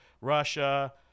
Russia